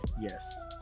Yes